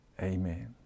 Amen